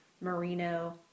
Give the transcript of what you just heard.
merino